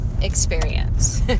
experience